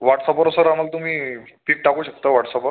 व्हॉटसपवर sir आम्हाला तुम्ही pic टाकू शकता व्हॉटसपवर